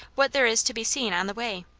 what there is to be seen on the way.